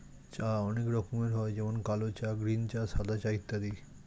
চা অনেক রকমের হয় যেমন কালো চা, গ্রীন চা, সাদা চা ইত্যাদি